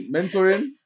Mentoring